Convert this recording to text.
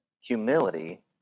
humility